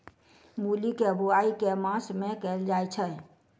मूली केँ बोआई केँ मास मे कैल जाएँ छैय?